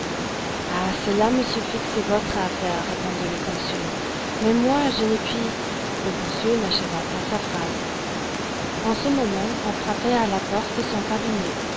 ah cela monsieur fix c'est votre affaire répondit le consul mais moi je ne puis le consul n'acheva pas sa phrase en ce moment on frappait à la porte de son cabinet